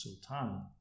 sultan